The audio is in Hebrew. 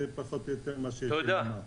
זה פחות או יותר מה שיש לי לומר.